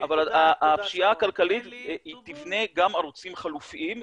אבל הפשיעה הכלכלית תבנה גם ערוצים חלופיים.